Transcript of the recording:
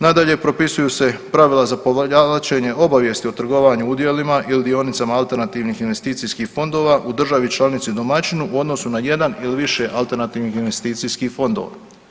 Nadalje, propisuju se pravila za … obavijest za trgovanje udjelima ili dionicama alternativnih investicijskih fondova u državi članici domaćinu u odnosu na jedan ili više alternativnih investicijskih fondova.